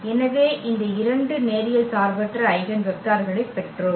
எனவே இந்த இரண்டு நேரியல் சார்பற்ற ஐகென் வெக்டர்களைப் பெற்றோம்